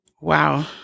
wow